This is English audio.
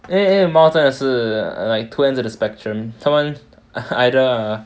因为猫真的是 like two ends of the spectrum 他们 either err